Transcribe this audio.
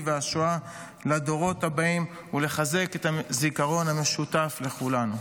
והשואה לדורות הבאים ולחזק את הזיכרון המשותף לכולנו.